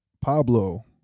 Pablo